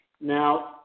Now